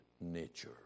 nature